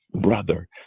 brother